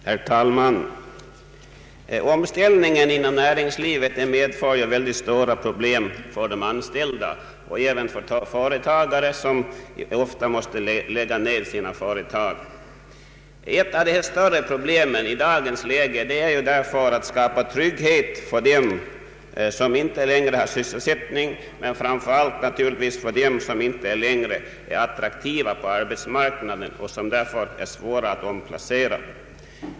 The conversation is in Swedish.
Herr talman! Omställningen inom näringslivet medför mycket stora problem för de anställda och även för företagare som ofta måste lägga ned sina företag. Ett av de större problemen i dagens läge är därför att skapa trygghet för dem som inte längre har sysselsättning men framför allt naturligtvis för dem som inte längre är attraktiva på arbetsmarknaden och som det alltså är svårt att omplacera.